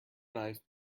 knife